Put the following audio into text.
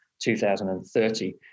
2030